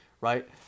right